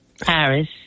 Paris